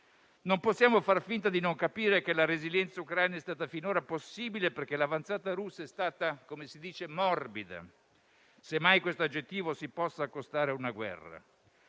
Non possiamo fare finta di non capire che la resilienza ucraina è stata finora possibile perché l'avanzata russa è stata - come si dice - morbida, semmai questo aggettivo si possa accostare a una guerra.